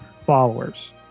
followers